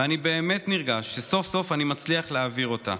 ואני באמת נרגש שסוף-סוף אני מצליח להעביר אותה,